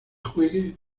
juegue